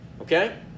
Okay